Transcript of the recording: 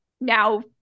now